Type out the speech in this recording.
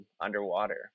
underwater